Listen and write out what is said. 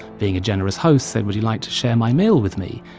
being a generous host, said, would you like to share my meal with me?